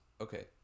Okay